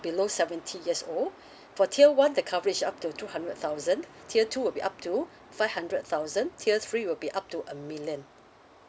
below seventy years old for tier one the coverage up to two hundred thousand tier two would be up to five hundred thousand tier three will be up to a million